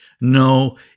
No